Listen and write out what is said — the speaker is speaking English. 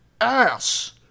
Ass